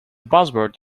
buzzword